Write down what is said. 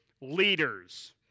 leaders